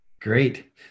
Great